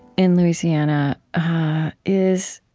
in louisiana is